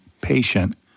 patient